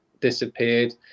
disappeared